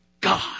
God